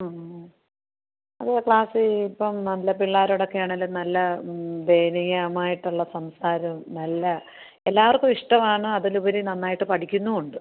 ആ അത് ക്ലാസ് ഇപ്പം നല്ല പിള്ളേരോടൊക്കെ ആണെങ്കിലും നല്ല ദയനീയമായിട്ടുള്ള സംസാരവും നല്ല എല്ലാവർക്കും ഇഷ്ടമാണ് അതിൽ ഉപരി നന്നായിട്ട് പഠിക്കുന്നുമുണ്ട്